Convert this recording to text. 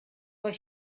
but